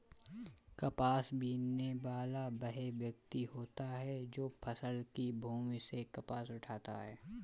कपास बीनने वाला वह व्यक्ति होता है जो फसल की भूमि से कपास उठाता है